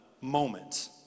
moment